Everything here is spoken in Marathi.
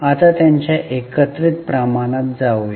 आता त्यांच्या एकत्रित प्रमाणात जाऊया